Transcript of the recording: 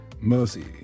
mercy